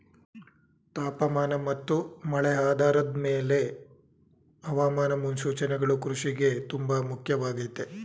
ತಾಪಮಾನ ಮತ್ತು ಮಳೆ ಆಧಾರದ್ ಮೇಲೆ ಹವಾಮಾನ ಮುನ್ಸೂಚನೆಗಳು ಕೃಷಿಗೆ ತುಂಬ ಮುಖ್ಯವಾಗಯ್ತೆ